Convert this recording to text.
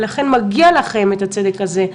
מגיע לכם את הצדק הזה.